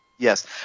Yes